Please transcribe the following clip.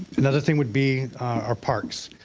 another thing would be our parks.